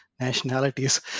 nationalities